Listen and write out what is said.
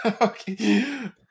Okay